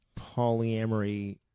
polyamory